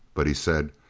but he said,